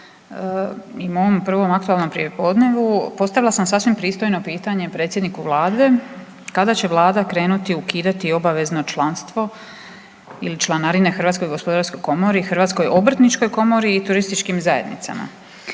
i mom prvom aktualnom prijepodnevu postavila sam sasvim pristojno pitanje predsjedniku Vlade kada će Vlada krenuti ukidati obavezno članstvo ili članarine Hrvatskoj gospodarskoj komori, Hrvatskoj obrtničkoj komori i turističkim zajednicama.